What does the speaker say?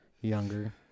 younger